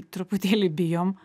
truputėlį bijom